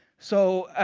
so,